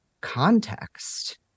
context